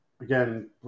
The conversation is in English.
again